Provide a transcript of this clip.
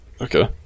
Okay